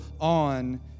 on